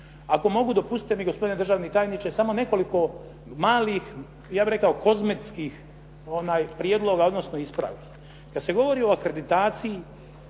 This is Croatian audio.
Ako mogu, dopustite mi gospodine državni tajniče, samo nekoliko malih, ja bih rekao kozmetskih prijedloga, odnosno ispravki. Kada se govori o kreditaciji,